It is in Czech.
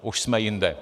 Už jsme jinde.